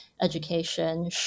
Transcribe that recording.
education